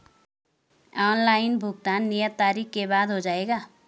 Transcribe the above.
Online भुगतान नियत तारीख के बाद हो जाएगा?